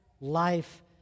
life